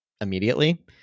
immediately